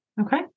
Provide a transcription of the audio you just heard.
Okay